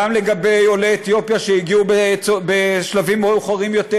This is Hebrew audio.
וגם לגבי עולי אתיופיה שהגיעו בשלבים מאוחרים יותר,